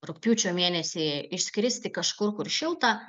rugpjūčio mėnesį išskristi kažkur kur šilta